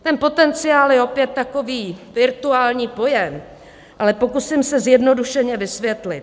Ten potenciál je opět takový virtuální pojem, ale pokusím se zjednodušeně vysvětit.